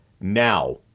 Now